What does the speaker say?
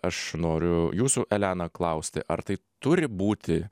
aš noriu jūsų elena klausti ar tai turi būti